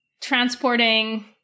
transporting